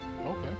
okay